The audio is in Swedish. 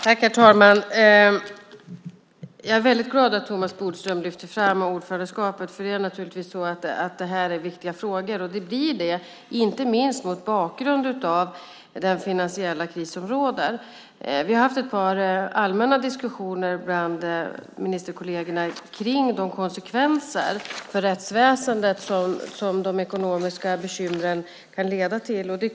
Herr talman! Jag är väldigt glad över att Thomas Bodström lyfter fram ordförandeskapet. Detta är viktiga frågor, och det blir de inte minst mot bakgrund av den finansiella kris som råder. Vi har haft ett par allmänna diskussioner bland ministerkollegerna om de konsekvenser för rättsväsendet som de ekonomiska bekymren kan leda till.